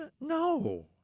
No